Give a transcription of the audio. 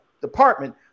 department